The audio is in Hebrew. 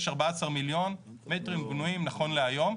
יש 14 מיליון מטרים בנויים נכון להיום.